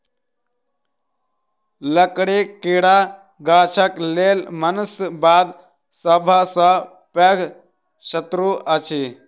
लकड़ीक कीड़ा गाछक लेल मनुष्य बाद सभ सॅ पैघ शत्रु अछि